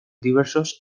diversos